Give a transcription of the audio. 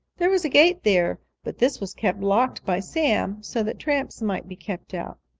there was a gate there, but this was kept locked by sam, so that tramps might be kept out.